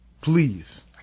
Please